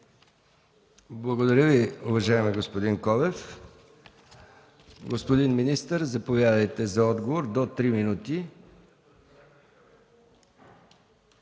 Благодаря Ви, уважаеми господин Колев. Господин министър, заповядайте за отговор до три минути.